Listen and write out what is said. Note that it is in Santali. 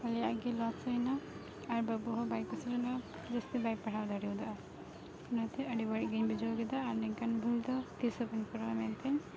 ᱟᱞᱮᱭᱟᱜ ᱜᱮ ᱞᱚᱥ ᱦᱩᱭᱱᱟ ᱟᱨ ᱵᱟᱹᱵᱩᱦᱚᱸ ᱵᱟᱭ ᱠᱩᱥᱤ ᱞᱮᱱᱟ ᱡᱟᱹᱥᱛᱤ ᱵᱟᱭ ᱯᱟᱲᱦᱟᱣ ᱫᱟᱲᱮᱭᱟᱫᱟ ᱚᱱᱟᱛᱮ ᱟᱹᱰᱤ ᱵᱟᱹᱲᱤᱡᱜᱮᱧ ᱵᱩᱡᱷᱟᱹᱣ ᱠᱮᱫᱟ ᱟᱨ ᱱᱤᱝᱠᱟ ᱵᱷᱩᱞᱫᱚ ᱟᱨ ᱛᱤᱥᱦᱚᱸ ᱵᱟᱹᱧ ᱠᱚᱨᱟᱣᱟ ᱢᱮᱱᱛᱮᱧ